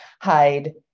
hide